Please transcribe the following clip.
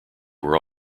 were